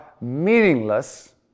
meaningless